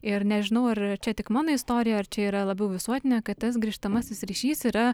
ir nežinau ar čia tik mano istorija ar čia yra labiau visuotinė kad tas grįžtamasis ryšys yra